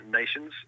nations